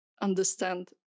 understand